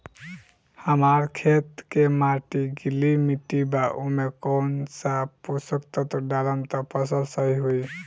हमार खेत के माटी गीली मिट्टी बा ओमे कौन सा पोशक तत्व डालम त फसल सही होई?